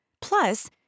Plus